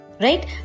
right